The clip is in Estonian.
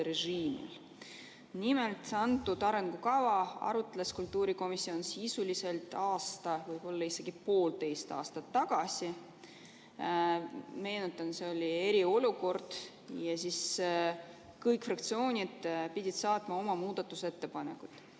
arutas antud arengukava kultuurikomisjon sisuliselt aasta, võib-olla isegi poolteist aastat tagasi. Meenutan, et siis oli eriolukord. Kõik fraktsioonid pidid saatma oma muudatusettepanekud.